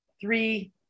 three